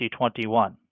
2021